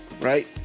right